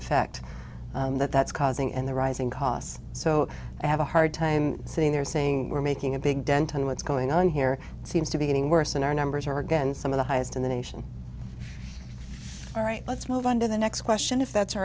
effect that that's causing and the rising costs so i have a hard time sitting there saying we're making a big dent in what's going on here seems to be getting worse and our numbers are again some of the highest in the nation all right let's move on to the next question if that's